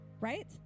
Right